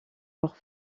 leurs